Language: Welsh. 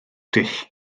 dull